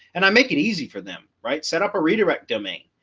and i make it easy for them right set up a redirect domain.